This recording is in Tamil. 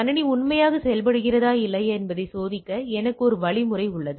கணினி உண்மையாக செயல்படுகிறதா இல்லையா என்பதை சோதிக்க எனக்கு ஒரு வழிமுறை உள்ளது